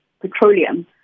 petroleum